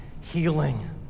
healing